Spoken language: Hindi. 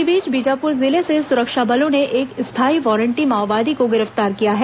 इस बीच बीजापुर जिले से सुरक्षा बलों ने एक स्थायी वारंटी माओवादी को गिरफ्तार किया है